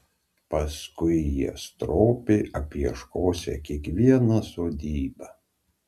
paskui jie stropiai apieškosią kiekvieną sodybą